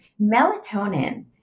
Melatonin